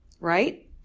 right